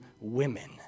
women